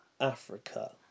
Africa